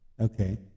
Okay